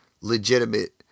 legitimate